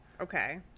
Okay